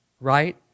right